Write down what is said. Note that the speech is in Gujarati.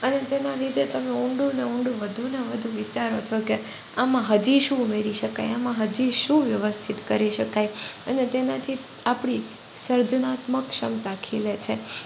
અને તેના લીધે તમે ઊંડુંને ઊંડું વધુને વધુ વિચારો છો કે આમાં હજી શું ઉમેરી શકાય આમાં હજી શું વ્યવસ્થિત કરી શકાય અને તેનાથી આપણી સર્જનાત્મક ક્ષમતા ખીલે છે